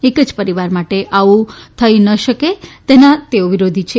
એક જ પરિવાર માટે આવું ન થઇ શકે તેના તેઓ વિરોધી છે